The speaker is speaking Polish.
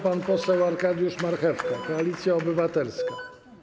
Pan poseł Arkadiusz Marchewka, Koalicja Obywatelska.